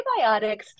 prebiotics